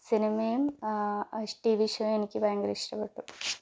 സിനിമയും T V ഷോയും എനിക്ക് ഭയങ്കര ഇഷ്ടപ്പെട്ടു